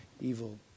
evil